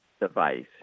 device